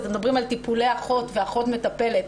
מדברים על "טיפולי אחות" ו"אחות מטפלת".